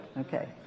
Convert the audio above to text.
Okay